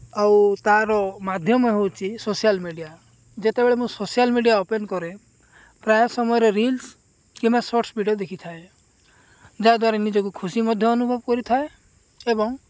ଆଉ ତା'ର ମାଧ୍ୟମ ହେଉଛି ସୋସିଆଲ୍ ମିଡ଼ିଆ ଯେତେବେଳେ ମୁଁ ସୋସିଆଲ୍ ମିଡ଼ିଆ ଓପେନ୍ କରେ ପ୍ରାୟ ସମୟରେ ରିଲ୍ସ୍ କିମ୍ବା ସର୍ଟ୍ସ୍ ଭିଡ଼ିଓ ଦେଖିଥାଏ ଯାହାଦ୍ୱାରା ନିଜକୁ ଖୁସି ମଧ୍ୟ ଅନୁଭବ କରିଥାଏ ଏବଂ